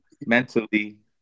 Mentally